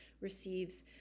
receives